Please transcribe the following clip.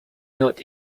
not